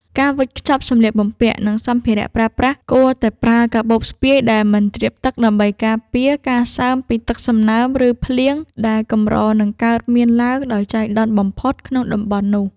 ការវេចខ្ចប់សម្លៀកបំពាក់ និង សម្ភារៈប្រើប្រាស់គួរតែប្រើកាបូបស្ពាយដែលមិនជ្រាបទឹកដើម្បីការពារការសើមពីទឹកសន្សើម ឬ ភ្លៀងដែលកម្រនឹងកើតមានឡើងដោយចៃដន្យបំផុតក្នុងតំបន់នោះ។